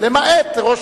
למעט ראש